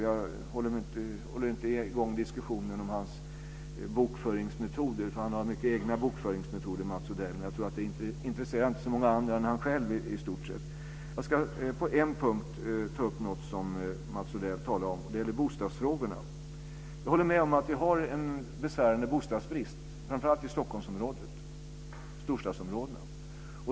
Jag tar inte upp diskussionen om hans bokföringsmetoder. Mats Odell har mycket egna bokföringsmetoder, men jag tror inte att de intresserar så många andra än honom själv. Men jag vill ta upp en punkt som Mats Odell talade om, och det gäller bostadsfrågorna. Jag håller med om att vi har en besvärande bostadsbrist, framför allt i Stockholmsområdet och storstadsområdena.